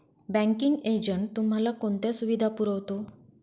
Banking agent तुम्हाला कोणत्या सुविधा पुरवतो?